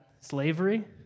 slavery